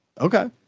Okay